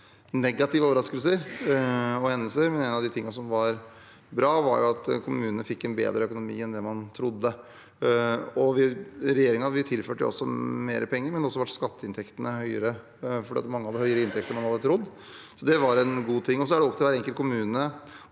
negative overraskelser og hendelser, men en av de tingene som var bra, var at kommunene fikk en bedre økonomi enn man hadde trodd. Regjeringen tilførte også mer penger, men skatteinntektene ble også høyere fordi mange hadde høyere inntekter enn man hadde trodd. Så det var en god ting. Dette er opp til hver enkelt kommune,